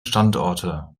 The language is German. standorte